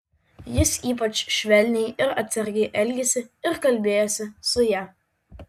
jis ypač švelniai ir atsargiai elgėsi ir kalbėjosi su ja